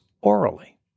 orally